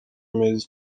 ampereza